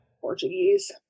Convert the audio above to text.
Portuguese